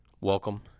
Welcome